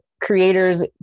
creators